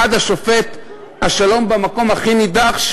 עד שופט שלום במקום הכי נידח,